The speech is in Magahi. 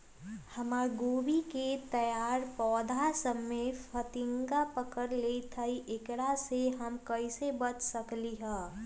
हमर गोभी के तैयार पौधा सब में फतंगा पकड़ लेई थई एकरा से हम कईसे बच सकली है?